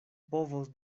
povos